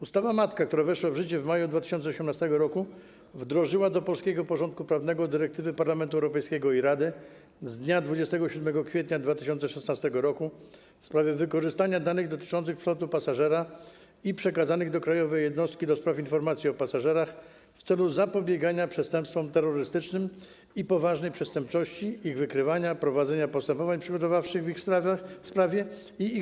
Ustawa matka, która weszła w życie w maju 2018 r., wdrożyła do polskiego porządku prawnego dyrektywę Parlamentu Europejskiego i Rady z dnia 27 kwietnia 2016 r. w sprawie wykorzystywania danych dotyczących przelotu pasażera i przekazanych do Krajowej Jednostki do spraw Informacji o Pasażerach w celu zapobiegania przestępstwom terrorystycznym i poważnej przestępczości, ich wykrywania, prowadzenia postępowań przygotowawczych w ich sprawie i ich